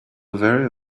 very